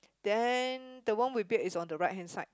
then the one with beard is on the right hand side